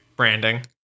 branding